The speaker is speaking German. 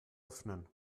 öffnen